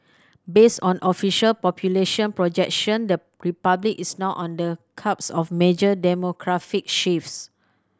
based on official population projection the Republic is now on the cusp of major demographic shifts